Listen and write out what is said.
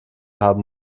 haben